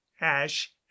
ash